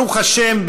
ברוך השם,